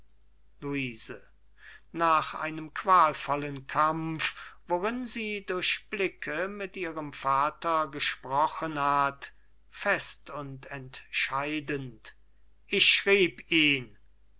luise nach einem qualvollen kampf worin sie durch blicke mit ihrem vater gesprochen hat fest und entscheidend ich schrieb ihn